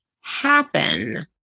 happen